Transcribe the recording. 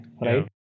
right